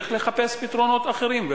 צריך לחפש פתרונות אחרים.